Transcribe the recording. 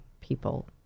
people